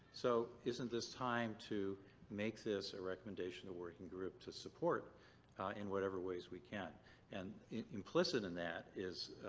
so isn't this time to make this a recommendation a working group to support in whatever ways we can and implicit in that is.